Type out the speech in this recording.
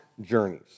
journeys